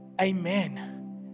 Amen